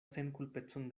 senkulpecon